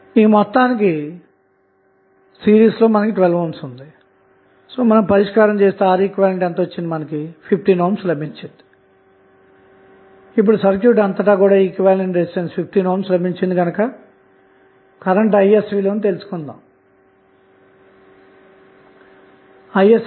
ఇక్కడ v0 అన్నది terminals వద్ద మనం కనెక్ట్ చేసిన వోల్టేజ్ సోర్స్ అలాగే i0 అన్నది సోర్స్ ద్వారా అందించబడిన కరెంట్ అన్నమాట